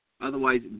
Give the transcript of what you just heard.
Otherwise